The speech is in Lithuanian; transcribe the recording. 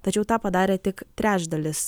tačiau tą padarė tik trečdalis